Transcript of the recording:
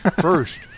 First